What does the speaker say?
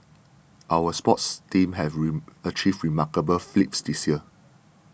our sports teams have rain achieved remarkable feats this year